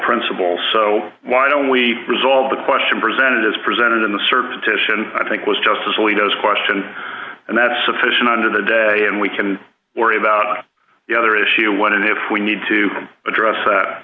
principle so why don't we resolve the question presented as presented in the service attention i think was justice really does question and that's sufficient under the day and we can worry about the other issue when and if we need to address